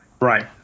Right